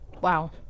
Wow